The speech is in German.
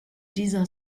dieser